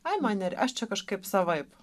ai man ir aš čia kažkaip savaip